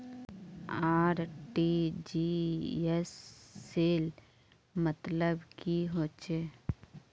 RTGS सेल मतलब की होचए?